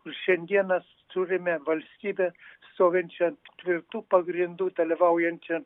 kur šiandien mes turime valstybę stovinčią tvirtu pagrindu dalyvaujančią